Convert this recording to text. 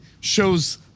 shows